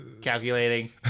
Calculating